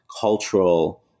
cultural